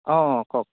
অ কওক